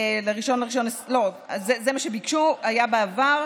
לא, זה מה שביקשו, היה בעבר.